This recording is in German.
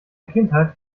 kindheit